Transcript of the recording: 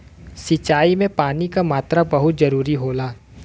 सिंचाई में पानी क मात्रा बहुत जरूरी होला